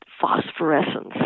phosphorescence